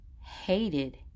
hated